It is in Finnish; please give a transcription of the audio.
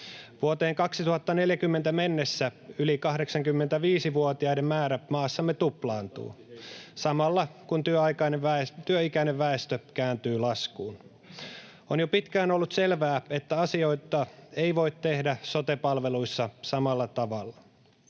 Vuoteen 2040 mennessä yli 85-vuotiaiden määrä maassamme tuplaantuu samalla kun työikäinen väestö kääntyy laskuun. On jo pitkään ollut selvää, että asioita ei voi tehdä sote-palveluissa samalla tavalla.